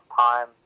time